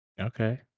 Okay